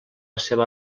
seva